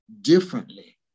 differently